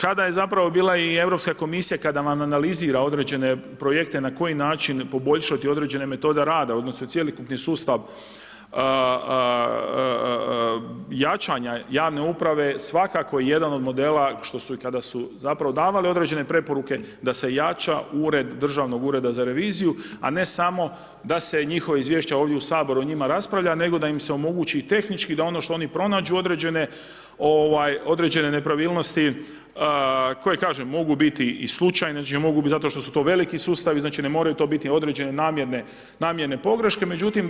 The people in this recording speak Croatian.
Kada je zapravo bila i Europska komisija, kada vam analizira određene projekte na koji način poboljšati određene metode rada odnosno cjelokupni sustav jačanja javne uprave svakako jedan od modela, što su i kada su zapravo davale određene preporuke da se jača ured Državnog ureda za reviziju a ne samo da se njihova izvješća ovdje u Saboru o njima raspravlja nego da im se omogući i tehnički da ono što oni pronađu određene nepravilnosti koje kažem mogu biti i slučajne, ... biti zato što su to veliki sustavi, znači ne moraju to biti određene namjerne pogreške, međutim